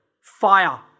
fire